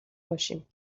باشیم